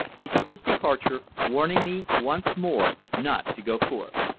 he took his departure, warning me once more not to go forth.